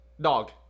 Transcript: dog